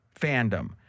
fandom